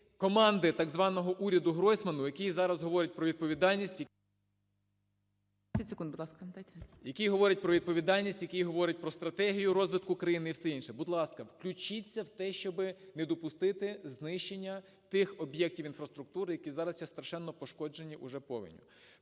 ласка, дайте. ДЕРЕВ’ЯНКО Ю.Б. Який говорить про відповідальність, який говорить про стратегію розвитку країни і все інше. Будь ласка, включіться в те, щоб не допустити знищення тих об'єктів інфраструктури, які зараз є страшенно пошкоджені вже повінню.